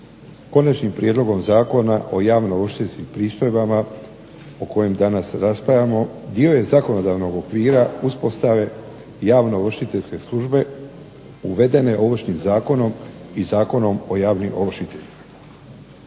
Konačnim prijedlogom Zakona o javnoovršiteljskim pristojbama o kojem danas raspravljamo dio je zakonodavnog okvira uspostave javnoovršiteljske službe uvedene Ovršnim zakonom i Zakonom o javnim ovršiteljima.